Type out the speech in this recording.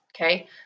okay